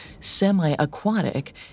semi-aquatic